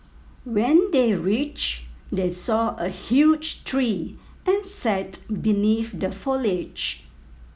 when they reached they saw a huge tree and sat beneath the foliage